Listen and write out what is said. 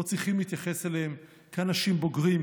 לא צריכים להתייחס אליהם כאנשים בוגרים,